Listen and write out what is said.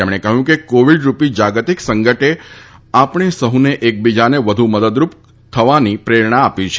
તેમણે કહ્યું કે કોવિડ રૂપી જાગતિક સંકટે આપણે સફને એકબીજાને વધુ મદદ કરવાની પ્રેરણા આપી છે